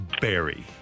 Barry